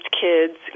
kids